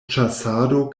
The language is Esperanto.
ĉasado